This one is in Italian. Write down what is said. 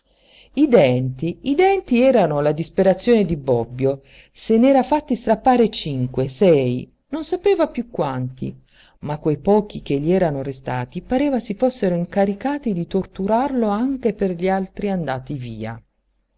i denti i denti erano la disperazione di bobbio se n'era fatti strappare cinque sei non sapeva piú quanti ma quei pochi che gli erano restati pareva si fossero incaricati di torturarlo anche per gli altri andati via